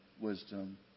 wisdom